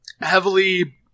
heavily